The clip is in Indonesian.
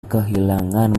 kehilangan